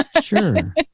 sure